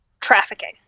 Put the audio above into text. trafficking